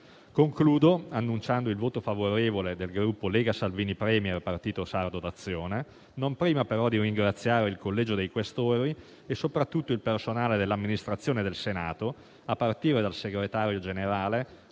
Concludo annunciando il voto favorevole del Gruppo Lega-Salvini Premier-Partito Sardo d'Azione, non prima però di ringraziare il Collegio dei Questori e soprattutto il personale dell'amministrazione del Senato, a partire dal Segretario generale,